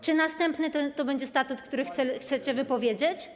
Czy następny to będzie statut, który chcecie wypowiedzieć?